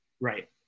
Right